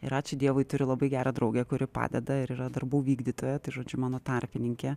ir ačiū dievui turiu labai gerą draugę kuri padeda ir yra darbų vykdytoja tai žodžiu mano tarpininkė